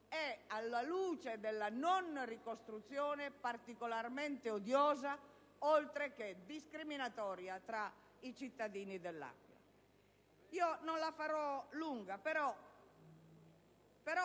e, alla luce della non ricostruzione, è particolarmente odiosa oltreché discriminatoria tra i cittadini dell'Aquila. Non la farò lunga, però